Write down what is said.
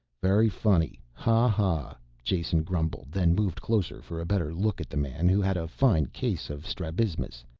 very funny, ha-ha, jason grumbled, then moved closer for a better look at the man who had a fine case of strabismus,